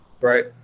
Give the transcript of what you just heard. right